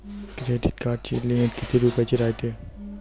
Credit कार्डाची limit कितीक रुपयाची रायते?